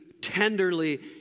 tenderly